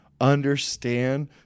understand